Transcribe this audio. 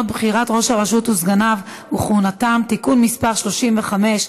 (בחירת ראש הרשות וסגניו וכהונתם) (תיקון מס' 35),